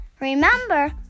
Remember